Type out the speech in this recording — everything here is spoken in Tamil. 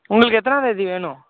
உங்களுக்கு எத்தனாந்தேதி வேணும்